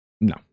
No